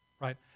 right